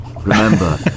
Remember